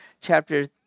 chapter